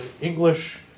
English